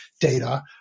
data